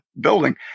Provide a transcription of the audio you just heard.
building